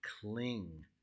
Cling